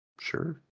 Sure